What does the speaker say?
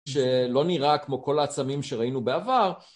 שלא נראה כמו כל העצמים שראינו בעבר